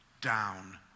down